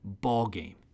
ballgame